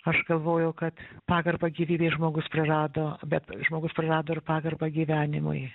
aš galvojau kad pagarbą gyvybei žmogus prarado bet žmogus prarado ir pagarbą gyvenimui